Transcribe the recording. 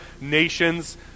nations